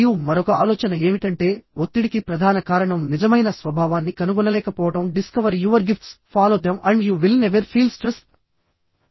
మరియు మరొక ఆలోచన ఏమిటంటే ఒత్తిడికి ప్రధాన కారణం నిజమైన స్వభావాన్ని కనుగొనలేకపోవడం discover your gifts follow them and you will never feel stressed